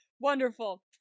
Wonderful